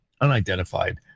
unidentified